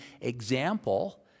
example